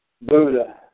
Buddha